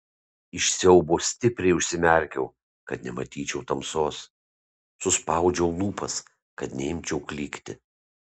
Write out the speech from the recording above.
iš siaubo stipriai užsimerkiau kad nematyčiau tamsos suspaudžiau lūpas kad neimčiau klykti